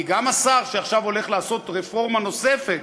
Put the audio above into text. כי גם השר שעכשיו הולך לעשות רפורמה נוספת,